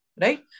right